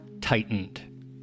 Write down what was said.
tightened